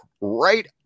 right